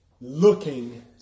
looking